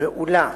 פעולה